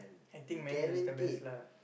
I think man u is the best lah